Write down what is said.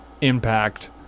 impact